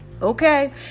Okay